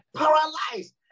paralyzed